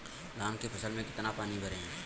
धान की फसल में कितना पानी भरें?